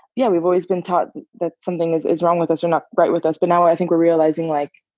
yeah, we've always been taught that something is is wrong with us or not right with us. but now, i think we're realizing, like,